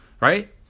right